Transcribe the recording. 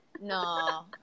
No